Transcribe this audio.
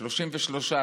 33,